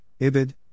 Ibid